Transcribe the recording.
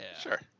Sure